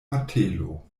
martelo